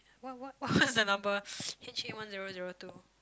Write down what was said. what what what is the number H A three one zero zero two